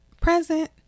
present